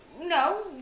no